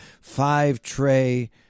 five-tray